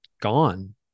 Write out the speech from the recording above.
gone